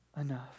enough